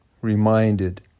reminded